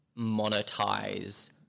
monetize